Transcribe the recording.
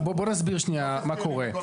בוא, בוא נסביר שנייה מה קורה.